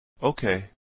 okay